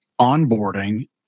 onboarding